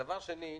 דבר שני,